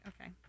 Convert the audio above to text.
okay